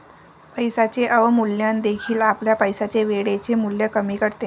पैशाचे अवमूल्यन देखील आपल्या पैशाचे वेळेचे मूल्य कमी करते